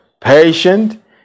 patient